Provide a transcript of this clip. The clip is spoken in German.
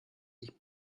ich